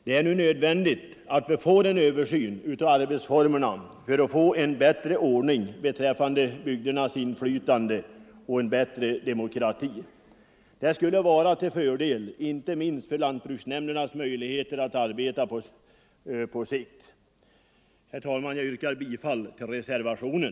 Det är nu nödvändigt med en översyn av deras arbetsformer för att åstadkomma ett större inflytande för bygderna och en bättre demokrati. Det vore till fördel, inte minst för lantbruksnämndernas möjligheter att arbeta på sikt. Herr talman! Jag yrkar bifall till reservationen.